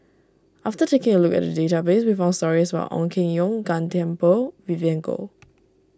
after taking a look at the database we found stories about Ong Keng Yong Gan Thiam Poh Vivien Goh